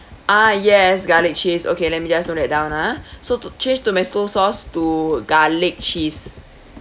ah yes garlic cheese okay let me just note that down ah so to~ change tomato sauce to garlic cheese